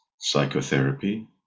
psychotherapy